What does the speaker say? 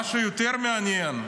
מה שיותר מעניין,